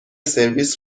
سرویس